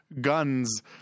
guns